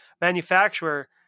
manufacturer